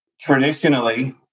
traditionally